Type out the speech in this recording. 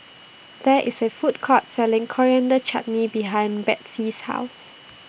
There IS A Food Court Selling Coriander Chutney behind Betsey's House